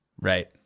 Right